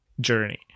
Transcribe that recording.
journey